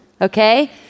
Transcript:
okay